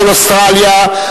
אוסטרליה,